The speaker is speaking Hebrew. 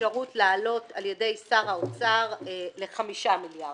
אפשרות להעלות על ידי שר האוצר לחמישה מיליארד.